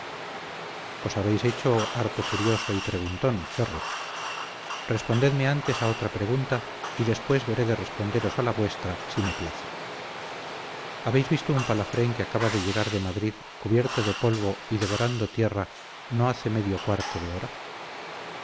os habéis hecho harto curioso y preguntón ferrus respondedme antes a otra pregunta y después veré de responderos a la vuestra si me place habéis visto un palafrén que acaba de llegar de madrid cubierto de polvo y devorando tierra no hace medio cuarto de hora